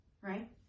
right